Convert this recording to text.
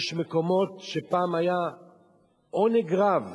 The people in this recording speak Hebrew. אני אומר לך שיש מקומות שפעם היה עונג רב